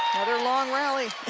another long rally.